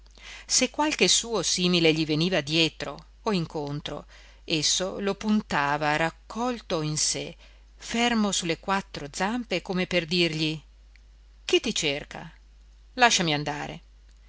se qualche suo simile gli veniva dietro o incontro esso lo puntava raccolto in sé fermo su le quattro zampe come per dirgli chi ti cerca lasciami andare